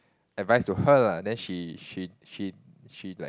advice to her lah then she she she she like